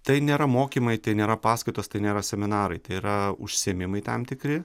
tai nėra mokymai tai nėra paskaitos tai nėra seminarai tai yra užsiėmimai tam tikri